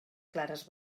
clares